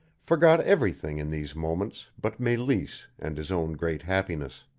forgot everything in these moments but meleese and his own great happiness.